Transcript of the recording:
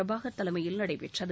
பிரபாகர் தலைமையில் நடைபெற்றது